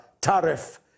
tariff